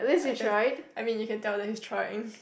I can I mean you can tell that he's trying